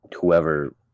whoever